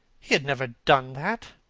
he had never done that.